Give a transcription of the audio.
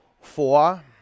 Four